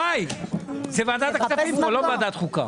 יוראי, זה ועדת הכספים פה, לא ועדת חוקה.